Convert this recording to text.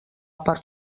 part